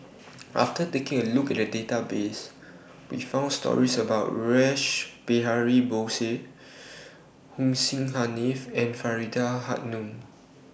after taking A Look At The Database We found stories about Rash Behari Bose Hussein Haniff and Faridah Hanum